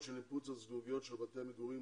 של ניפוץ הזגוגיות של בתי המגורים,